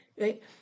right